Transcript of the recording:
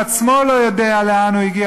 הוא עצמו לא יודע לאן הוא הגיע,